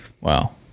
Wow